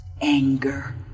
Anger